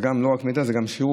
לא רק מידע, זה גם שירות.